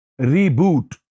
reboot